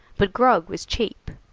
but grog was cheap.